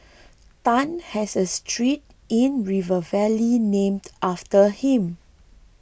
Tan has a street in River Valley named after him